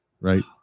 right